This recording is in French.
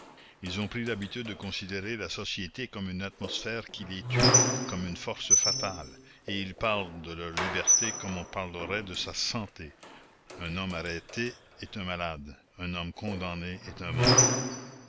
ils ont pris l'habitude de considérer la société comme une atmosphère qui les tue comme une force fatale et ils parlent de leur liberté comme on parlerait de sa santé un homme arrêté est un malade un homme condamné est un mort